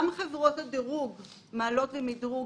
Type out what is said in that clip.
גם חברות הדירוג "מעלות" ו"מדרוג",